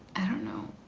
i don't know.